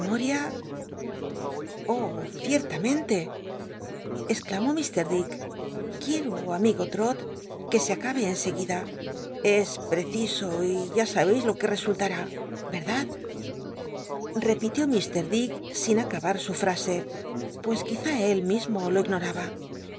ciertamente exclamó m dick quiero amigo trot que se acabe en seguida es preciso y ya sabeis lo que csultará verdad repitió iir dick sin acabar su f ase pues quizás él mismo lo ignoraba